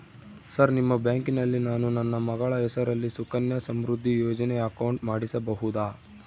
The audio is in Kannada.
ಸರ್ ನಿಮ್ಮ ಬ್ಯಾಂಕಿನಲ್ಲಿ ನಾನು ನನ್ನ ಮಗಳ ಹೆಸರಲ್ಲಿ ಸುಕನ್ಯಾ ಸಮೃದ್ಧಿ ಯೋಜನೆ ಅಕೌಂಟ್ ಮಾಡಿಸಬಹುದಾ?